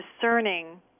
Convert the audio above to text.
discerning